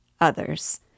Others